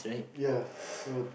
ya so